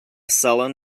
sullen